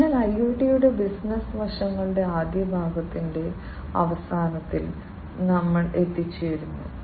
അതിനാൽ IoT യുടെ business വശങ്ങളുടെ ആദ്യ ഭാഗത്തിന്റെ അവസാനത്തിൽ ഞങ്ങൾ എത്തിച്ചേരുന്നു